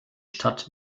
stadt